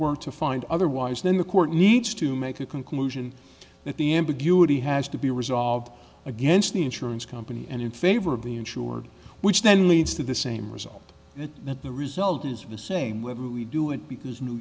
were to find otherwise then the court needs to make a conclusion that the ambiguity has to be resolved against the insurance company and in favor of the insured which then leads to the same result and that the result is the same whether we do it because new